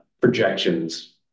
projections